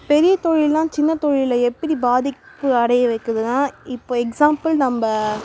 பெரிய தொழில்லாம் சின்னத்தொழில்ல எப்படி பாதிப்பு அடைய வைக்குதுன்னா இப்போ எக்ஸாம்பிள் நம்ம